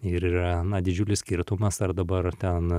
ir yra na didžiulis skirtumas ar dabar ten